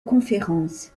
conférences